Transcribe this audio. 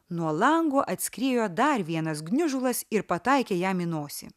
nuo lango atskriejo dar vienas gniužulas ir pataikė jam į nosį